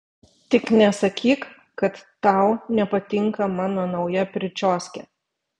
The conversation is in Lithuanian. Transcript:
tik nesakyk kad tau nepatinka mano nauja pričioskė